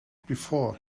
before